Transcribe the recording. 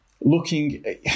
looking